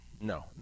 no